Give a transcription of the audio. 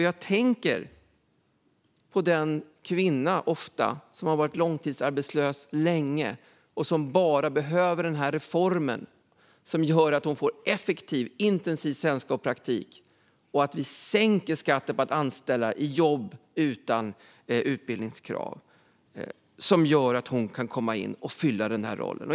Jag tänker på den kvinna som varit arbetslös länge och som behöver att vi genomför en reform så att hon får effektiv och intensiv svenska och praktik och att vi sänker skatten för att anställa i jobb utan utbildningskrav så att hon kan komma in och fylla en roll.